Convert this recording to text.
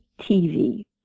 TV